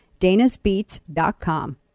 danasbeats.com